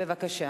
בבקשה.